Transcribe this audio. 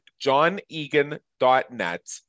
johnegan.net